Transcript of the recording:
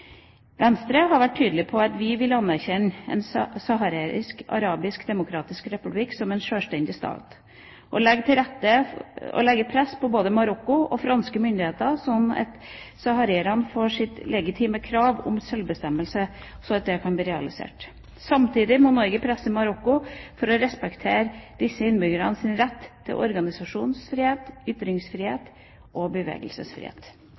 Venstre har vært tydelig på at vi vil anerkjenne Den sahrawiske arabiske demokratiske republikk som en sjølstendig stat, og legge press på både Marokko og franske myndigheter slik at sahrawienes legitime krav om sjølbestemmelse kan bli realisert. Samtidig må Norge presse Marokko for å respektere disse innbyggernes rett til organisasjonsfrihet, ytringsfrihet og bevegelsesfrihet.